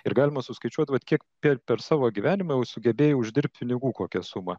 ir galima suskaičiuot kiek kiek per savo gyvenimą jau sugebėjai uždirbt pinigų kokią sumą